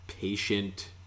patient